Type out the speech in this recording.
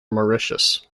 mauritius